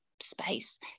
space